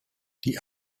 die